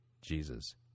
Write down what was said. Jesus